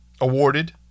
Awarded